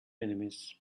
enemies